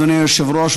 אדוני היושב-ראש,